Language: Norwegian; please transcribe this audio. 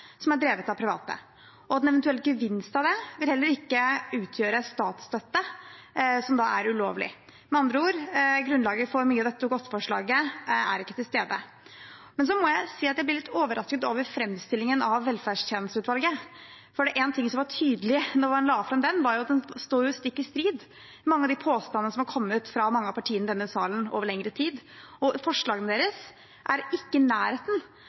som er drevet av private, og at en eventuell gevinst av det heller ikke vil utgjøre statsstøtte som er ulovlig. Med andre ord: Grunnlaget for mye av dette Dokument 8-forslaget er ikke til stede. Så må jeg si at jeg blir litt overrasket over framstillingen av velferdstjenesteutvalget. For var det én ting som var tydelig da man la fram den NOU-en, var det at den er stikk i strid med mange av de påstandene som har kommet fra mange av partiene i denne salen over lengre tid. Og forslagene fra utvalget er ikke i nærheten